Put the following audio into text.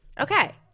okay